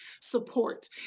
support